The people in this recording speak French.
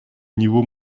niveau